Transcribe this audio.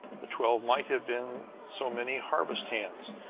the twelve might have been so many harvest hands,